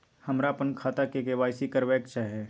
हमरा अपन खाता के के.वाई.सी करबैक छै